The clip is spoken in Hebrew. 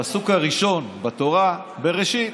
הפסוק הראשון בתורה, בבראשית: